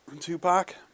Tupac